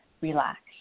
relax